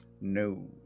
No